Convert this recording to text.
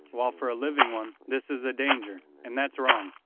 while for a living one this is a danger, and that's wrong.